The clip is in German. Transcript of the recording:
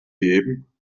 eben